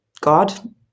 God